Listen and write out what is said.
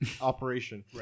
operation